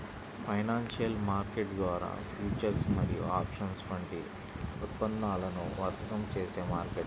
financial market ద్వారా futures మరియు options వంటి ఉత్పన్నాలను వర్తకం చేసే మార్కెట్